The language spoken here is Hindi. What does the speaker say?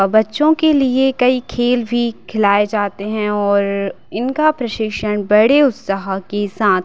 बच्चों के लिए कई खेल भी खिलाए जाते हैं और इनका प्रशिक्षण बड़े उत्साह के साथ